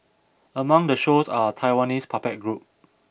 among the shows are a Taiwanese puppet group